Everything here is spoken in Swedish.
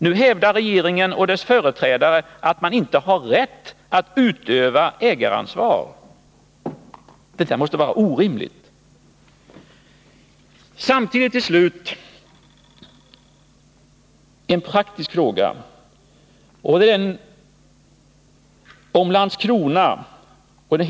Nu hävdar regeringen och dess företrädare att man inte har rätt att utöva ägaransvar. Detta måste vara orimligt. Till slut vill jag också ta upp en praktisk fråga.